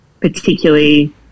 particularly